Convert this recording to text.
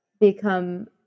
become